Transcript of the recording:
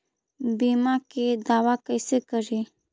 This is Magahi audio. बीमा के दावा कैसे करी?